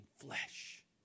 flesh